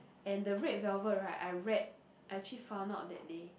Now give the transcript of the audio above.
and the red velvet right I read I actually found out that they